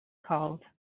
called